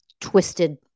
twisted